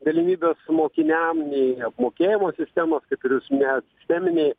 galimybės mokiniam nei apmokėjimo sistemoskaip ir jūs minėjot sisteminiai